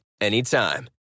anytime